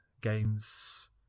games